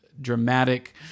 dramatic